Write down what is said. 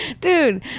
Dude